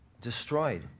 destroyed